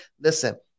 Listen